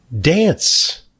dance